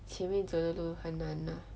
前面走的路很难啊